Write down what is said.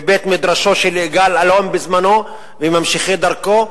מבית-מדרשו של יגאל אלון בזמנו וממשיכי דרכו.